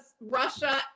Russia